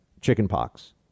chickenpox